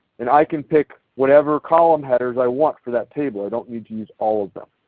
and i can pick whatever column headers i want for that table. i don't need use all of them.